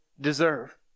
deserve